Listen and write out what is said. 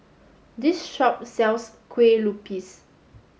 this shop sells Kueh Lupis